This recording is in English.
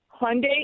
Hyundai